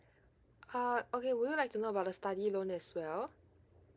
ah okay would you like to know about the study loan as well